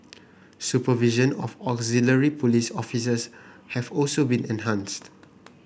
supervision of auxiliary police officers have also been enhanced